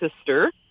sister